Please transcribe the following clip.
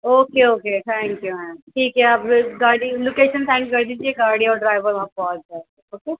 okay okay thank you ma'am ٹھیک ہے آپ گاڑی لوکیشن سینڈ کردیجیے گاڑی اور ڈرائیوروہاں پہنچ جائے گا اوکے